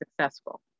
successful